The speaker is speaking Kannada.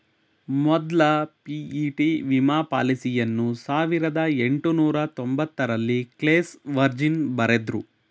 ಮೊದ್ಲ ಪಿ.ಇ.ಟಿ ವಿಮಾ ಪಾಲಿಸಿಯನ್ನ ಸಾವಿರದ ಎಂಟುನೂರ ತೊಂಬತ್ತರಲ್ಲಿ ಕ್ಲೇಸ್ ವರ್ಜಿನ್ ಬರೆದ್ರು